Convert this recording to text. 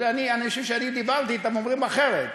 אנשים שאני דיברתי אתם אומרים אחרת,